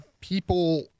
people